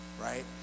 right